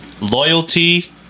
loyalty